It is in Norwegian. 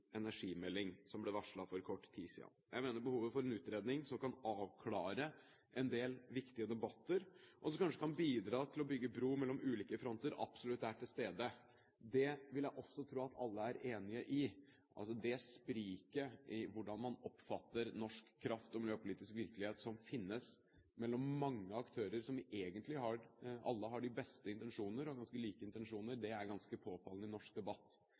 energimelding, som ble varslet for kort tid siden. Jeg mener behovet for en utredning som kan avklare en del viktige debatter, og som kanskje kan bidra til å bygge bro mellom ulike fronter, absolutt er til stede. Det vil jeg også tro at alle er enig i. Det spriket i hvordan man oppfatter norsk kraft- og miljøpolitisk virkelighet som finnes mellom mange aktører som egentlig alle har de beste intensjoner, og ganske like intensjoner, mellom ulike miljøorganisasjoner og mellom ulike aktører innenfor energi- og kraftnæringen, er ganske påfallende i norsk debatt.